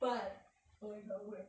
but 我也会